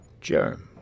Germs